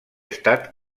estat